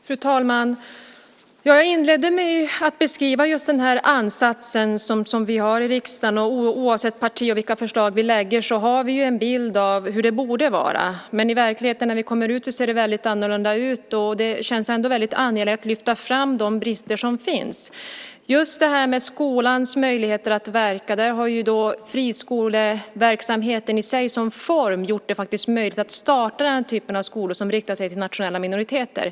Fru talman! Jag inledde med att beskriva den ansats som vi har i riksdagen. Oavsett parti och vilka förslag vi lägger fram har vi en bild av hur det borde vara, men i verkligheten ser det väldigt annorlunda ut. Det känns därför angeläget att lyfta fram de brister som finns. Just när det gäller skolans möjligheter att verka har friskoleverksamheten i sig som form faktiskt gjort det möjligt att starta den typen av skolor som riktar sig till nationella minoriteter.